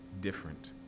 different